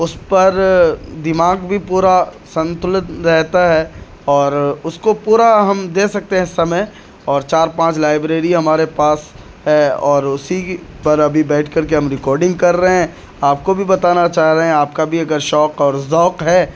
اس پر دماغ بھی پورا سنتلت رہتا ہے اور اس کو پورا ہم دے سکتے ہیں سمے اور چار پانچ لائبریری ہمارے پاس ہے اور اسی کی پر ابھی بیٹھ کر کے ہم ریکارڈنگ کر رہے ہیں آپ کو بھی بتانا چاہ رہے ہیں آپ کا بھی اگر شوق اور ذوق ہے